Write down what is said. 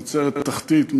נצרת-תחתית,